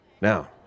Now